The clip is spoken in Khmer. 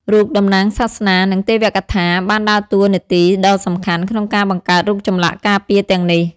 រូបតំណាងសាសនា និងទេវកថាបានដើរតួនាទីដ៏សំខាន់ក្នុងការបង្កើតរូបចម្លាក់ការពារទាំងនេះ។